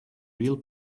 real